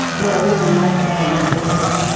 well, you know, life is holistic, dave.